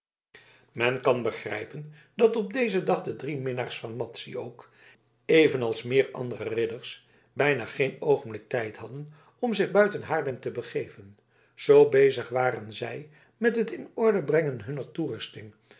men kan begrijpen dat op dezen dag de drie minnaars van madzy ook evenals meer andere ridders bijna geen oogenblik tijd hadden om zich buiten haarlem te begeven zoo bezig waren zij met het in orde brengen hunner toerusting